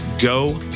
go